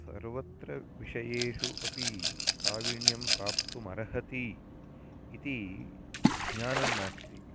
सर्वत्र विषयेषु अपि प्रावीण्यं प्राप्तुमर्हति इति ज्ञानं नास्ति